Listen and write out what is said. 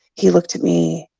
he looked at me,